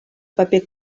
paper